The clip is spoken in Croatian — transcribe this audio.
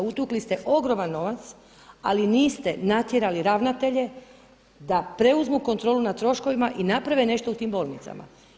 Utukli ste ogroman novac, ali niste natjerali ravnatelje da preuzmu kontrolu nad troškovima i naprave nešto u tim bolnicama.